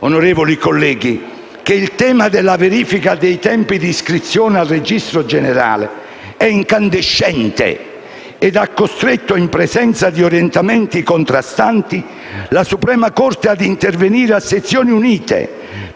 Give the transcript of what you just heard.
onorevoli colleghi, che il tema della verifica dei tempi di iscrizione al registro generale è incandescente e ha costretto la suprema Corte, in presenza di orientamenti contrastanti, a intervenire a sezioni unite per